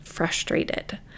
frustrated